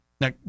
Now